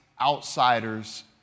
outsiders